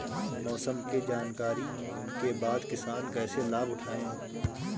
मौसम के जानकरी के बाद किसान कैसे लाभ उठाएं?